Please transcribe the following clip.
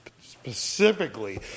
specifically